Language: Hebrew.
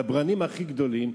דברנים הכי גדולים,